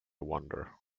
wonder